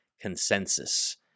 consensus